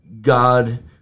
God